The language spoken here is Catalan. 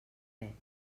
pet